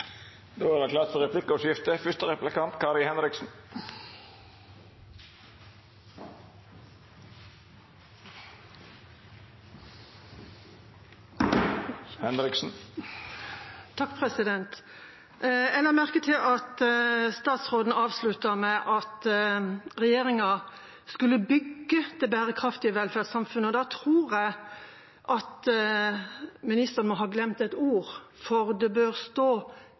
Det vert replikkordskifte. Jeg la merke til at statsråden avsluttet med at regjeringa skulle bygge det bærekraftige velferdssamfunnet, og da tror jeg ministeren må ha glemt et ord, for det bør stå